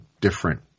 different